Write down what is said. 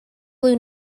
blue